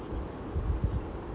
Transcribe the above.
mmhmm mmhmm